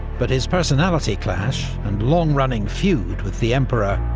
but his personality clash, and long-running feud with the emperor,